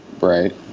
Right